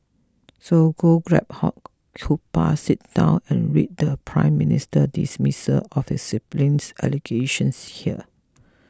so go grab hot cuppa sit down and read the Prime Minister dismissal of his siblings allegations here